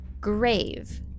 Grave